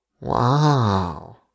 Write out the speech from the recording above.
Wow